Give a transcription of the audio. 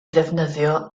ddefnyddio